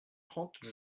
trente